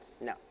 No